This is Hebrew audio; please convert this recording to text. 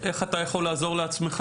צריך להתמקד באיך אתה יכול לעזור לעצמך?